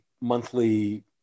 monthly